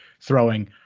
throwing